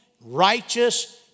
righteous